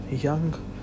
young